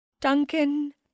Duncan